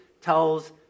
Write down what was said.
tells